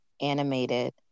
animated